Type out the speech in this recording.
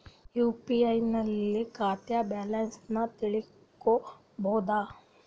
UPI ನಲ್ಲಿ ಖಾತಾ balance ತಿಳಕೊ ಬಹುದಾ?